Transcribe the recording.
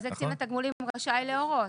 זה קצין התגמולים רשאי להורות.